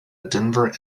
denver